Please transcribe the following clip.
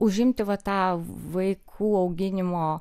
užimti va tą vaikų auginimo